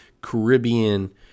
Caribbean